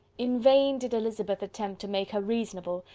in vain did elizabeth attempt to make her reasonable,